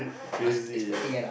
you crazy